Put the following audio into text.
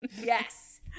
Yes